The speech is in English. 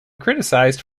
criticized